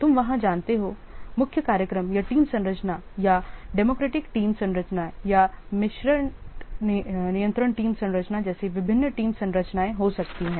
तुम वहां जानते हो मुख्य कार्यक्रम या टीम संरचना या डेमोक्रेटिक टीम संरचना या मिश्रित नियंत्रण टीम संरचना जैसी विभिन्न टीम संरचनाएं हो सकती हैं